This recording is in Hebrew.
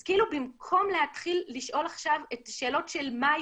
אז כאילו במקום להתחיל לשאול עכשיו את השאלות של מאי